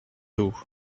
haut